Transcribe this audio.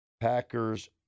Packers